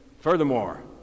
Furthermore